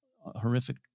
horrific